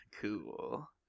Cool